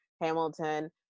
hamilton